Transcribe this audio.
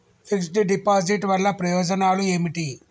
Fix డ్ deposit వల్ల ప్రయోజనాలు ఏమిటి?